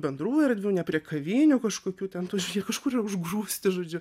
bendrų erdvių ne prie kavinių kažkokių ten tų kažkur jie užgrūsti žodžiu